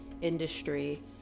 industry